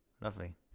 lovely